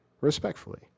Respectfully